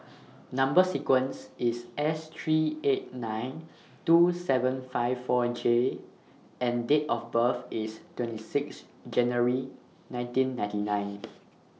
Number sequence IS S three eight nine two seven five four J and Date of birth IS twenty six January nineteen ninety nine